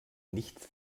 nichts